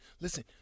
listen